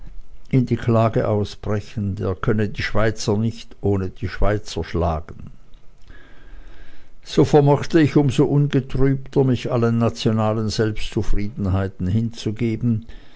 in die klage ausbrechend er könne die schweizer nicht ohne schweizer schlagen so vermochte ich um so ungetrübter mich allen nationalen selbstzufriedenheiten hinzugeben